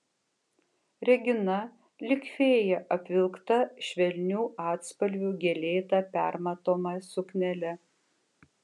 regina lyg fėja apvilkta švelnių atspalvių gėlėta permatoma suknele